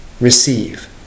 receive